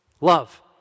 love